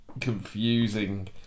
confusing